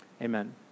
Amen